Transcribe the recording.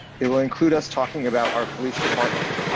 it will include us talking about our police department,